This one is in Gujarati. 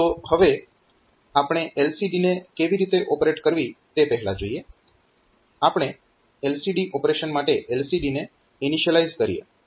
તો હવે આપણે LCD ને કેવી રીતે ઓપરેટ કરવી તે પહેલા જોઈએ આપણે LCD ઓપરેશન માટે LCD ને ઇનિશિયલાઈઝ કરીએ